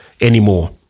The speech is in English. anymore